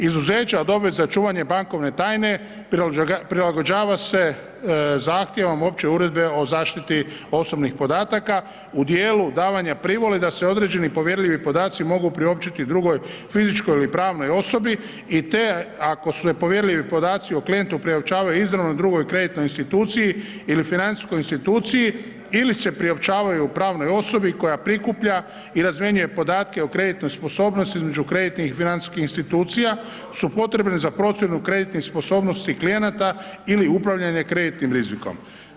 Izuzeća od obveza čuvanja bankovne tajne, prilagođava se zahtjev opće uredbe o zaštiti osobnih podataka u djelu davanja privole da se određeni povjerljivi podaci mogu priopćiti drugoj fizičkoj ili pravnoj osobi i to ako su povjerljivi podaci o klijentu priopćavaju izravnoj drugoj kreditnoj instituciji ili financijskoj instituciji ili se priopćavaju pravnoj osobi koja prikuplja i razmjenjuje podatke o kreditnoj sposobnosti između kreditnih i financijskih institucija su potrebne za procjenu kreditnih sposobnosti klijenata ili upravljanje kreditnim rizikom.